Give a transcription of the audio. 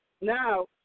now